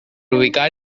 ubicar